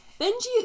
Benji